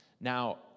Now